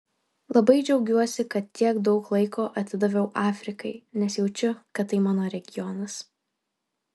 labai džiaugiuosi kad tiek daug laiko atidaviau afrikai nes jaučiu kad tai mano regionas